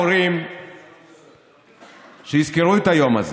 אני רק פונה להורים שיזכרו את היום הזה,